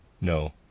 No